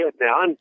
now